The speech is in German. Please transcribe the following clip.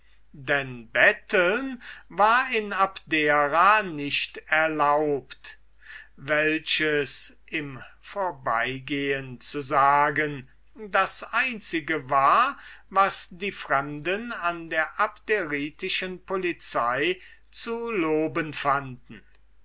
denn zu betteln war in abdera nicht erlaubt welches im vorbeigehen zu sagen das einzige war was die fremden an der abderitischen polizei zu loben fanden